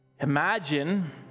Imagine